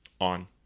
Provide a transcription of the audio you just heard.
on